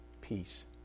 peace